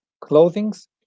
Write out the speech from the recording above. clothings